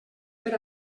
per